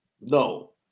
no